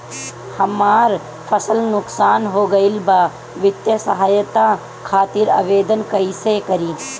हमार फसल नुकसान हो गईल बा वित्तिय सहायता खातिर आवेदन कइसे करी?